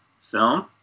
film